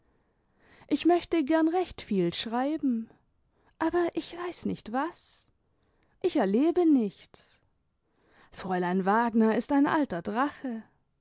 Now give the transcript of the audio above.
ich möchte gern recht viel schreiben aber ich weiß nicht was ich erlebe nichts fräulein wagner ist ein alter drache